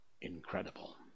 incredible